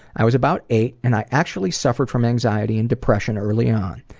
i was about eight, and i actually suffered from anxiety and depression early on.